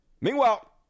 Meanwhile